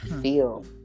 feel